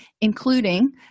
including